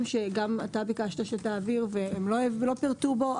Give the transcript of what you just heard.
שגם אתה ביקשת שתעביר לא פירטו בו.